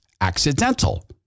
accidental